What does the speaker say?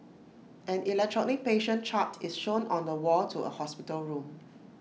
an electronic patient chart is shown on the wall to A hospital room